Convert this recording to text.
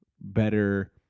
better